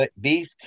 Beef